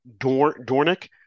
Dornick